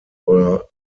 were